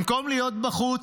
במקום להיות בחוץ,